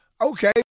Okay